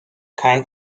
kein